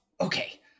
Okay